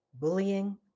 bullying